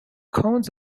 cones